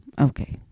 Okay